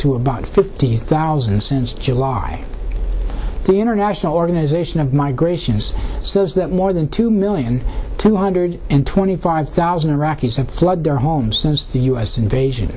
to about fifty thousand since july the international organization of migration has says that more than two million two hundred and twenty five thousand iraqis have fled their homes since the u s invasion